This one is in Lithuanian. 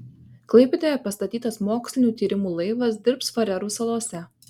klaipėdoje pastatytas mokslinių tyrimų laivas dirbs farerų salose